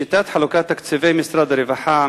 שיטת חלוקת תקציבי משרד הרווחה,